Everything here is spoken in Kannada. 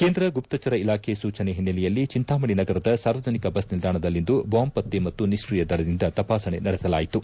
ಕೇಂದ್ರ ಗುಪ್ಪಚರ ಇಲಾಖೆ ಸೂಚನೆ ಹಿಸ್ನೆಲೆಯಲ್ಲಿ ಚಿಂತಾಮಣಿ ನಗರದ ಸಾರ್ವಜನಿಕ ಬಸ್ ನಿಲ್ದಾಣದಲ್ಲಿಂದು ಬಾಂಬ್ ಪತ್ತೆ ಮತ್ತು ನಿಷ್ಠೀಯ ದಳದಿಂದ ತಪಾಸಣೆ ನಡೆಸಲಾಯಿತು